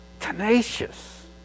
tenacious